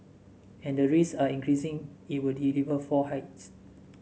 and the risk are increasing it will deliver four hikes